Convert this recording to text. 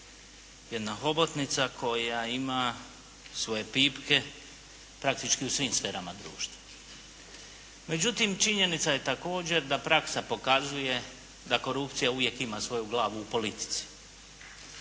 jedna hobotnica koja ima svoje pipke praktički u svim sferama društva. Međutim, činjenica je također da praksa pokazuje, da korupcija ima svoju glavu u politici.